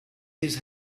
his